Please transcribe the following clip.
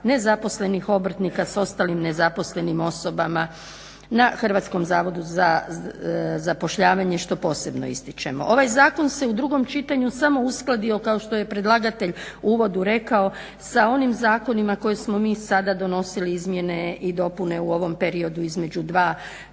nezaposlenih obrtnika s ostalim nezaposlenim osobama na Hrvatskom zavodu za zapošljavanje što posebno ističemo. Ovaj zakon se u drugom čitanju samo uskladio kao što je predlagatelj u uvodu rekao sa onim zakonima koje smo mi sada donosili izmjene i dopune u ovom periodu između dva